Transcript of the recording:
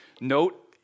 note